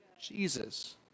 Jesus